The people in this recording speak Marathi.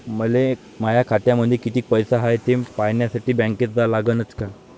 मले माया खात्यामंदी कितीक पैसा हाय थे पायन्यासाठी बँकेत जा लागनच का?